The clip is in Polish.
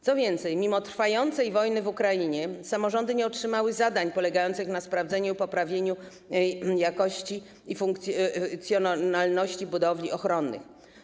Co więcej, mimo trwającej wojny w Ukrainie samorządy nie otrzymały zadań polegających na sprawdzeniu i poprawieniu jakości i funkcjonalności budowli ochronnych.